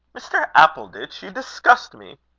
mr. appleditch, you disgust me!